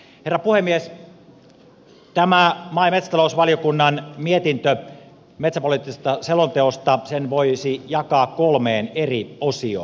tämän maa ja metsätalousvaliokunnan mietinnön metsäpoliittisesta selonteosta voisi jakaa kolmeen eri osioon